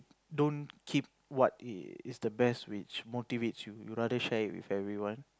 don't keep what is the best which motivates you you rather share it with everyone